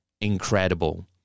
incredible